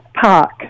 Park